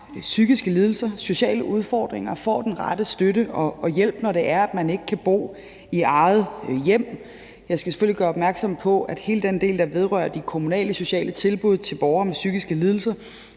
psykiske lidelser og sociale udfordringer, får den rette støtte og hjælp, når de ikke kan bo i eget hjem. Jeg skal selvfølgelig gøre opmærksom på, at hele den del, der vedrører de kommunale sociale tilbud til borgere med psykiske lidelser,